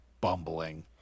bumbling